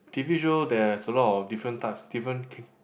T_V show there is a lot of different types different K